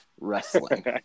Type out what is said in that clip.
wrestling